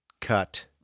cut